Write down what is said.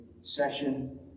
session